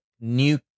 new